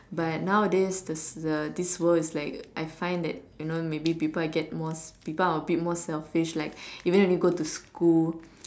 but nowadays the the this world is like I find that you know maybe people are get more people are a bit more selfish like even when you go to school